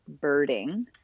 birding